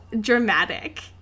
dramatic